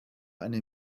eine